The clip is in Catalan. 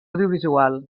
audiovisual